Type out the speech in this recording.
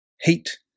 Hate